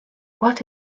what